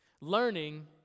Learning